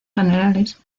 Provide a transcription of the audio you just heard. generales